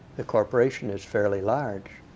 the corporation is fairly large.